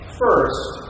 first